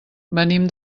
venim